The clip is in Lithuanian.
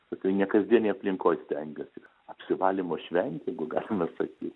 tokioj nekasdienėj aplinkoj stengiuosi apsivalymo šventė jeigu galima sakyt